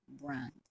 brand